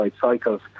Cycles